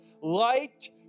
light